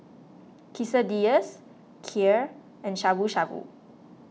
Quesadillas Kheer and Shabu Shabu